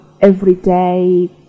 everyday